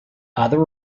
other